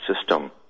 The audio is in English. system